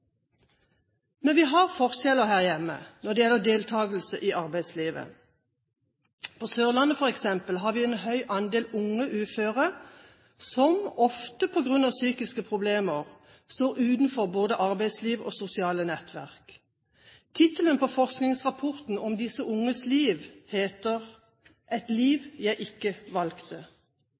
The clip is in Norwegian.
Men det er forskjeller her hjemme når det gjelder deltakelse i arbeidslivet. På Sørlandet, f.eks., har vi en høy andel unge uføre som ofte på grunn av psykiske problemer står utenfor både arbeidsliv og sosiale nettverk. Tittelen på forskningsrapporten om disse unges liv heter «Et liv jeg ikke valgte».